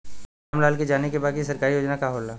राम लाल के जाने के बा की सरकारी योजना का होला?